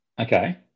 Okay